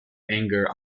anger